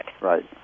Right